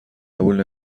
قبول